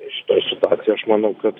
šitoj situacijoj aš manau kad